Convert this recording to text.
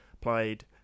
played